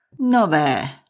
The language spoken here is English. nove